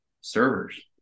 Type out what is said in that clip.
servers